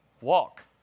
Walk